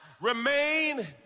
remain